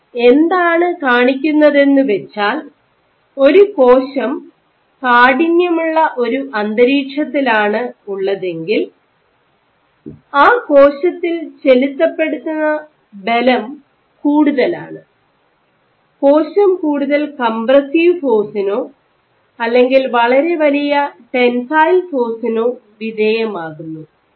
ഇത് എന്താണ് കാണിക്കുന്നതെന്നുവെച്ചാൽ ഒരു കോശം കാഠിന്യമുള്ള ഒരു അന്തരീക്ഷത്തിലാണ് ഉള്ളതെങ്കിൽ ആ കോശത്തിൽ ചെലുത്തപ്പെടുന്ന ബലം കൂടുതലാണ് കോശം കൂടുതൽ കംപ്രസ്സീവ് ഫോഴ്സിനോ അല്ലെങ്കിൽ വളരെ വലിയ ടെൻസൈൽ ഫോഴ്സിനോ വിധേയമാകുന്നു